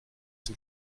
dem